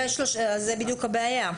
זו בדיוק הבעיה.